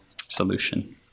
solution